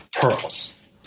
pearls